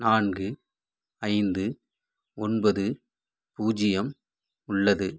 நான்கு ஐந்து ஒன்பது பூஜ்யம் உள்ளது